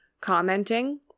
commenting